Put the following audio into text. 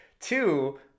Two